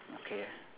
okay